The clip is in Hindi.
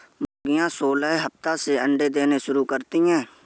मुर्गियां सोलहवें सप्ताह से अंडे देना शुरू करती है